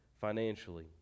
financially